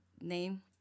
name